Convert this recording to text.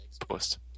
post